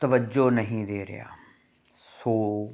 ਤਵੱਜੋ ਨਹੀਂ ਦੇ ਰਿਹਾ ਸੋ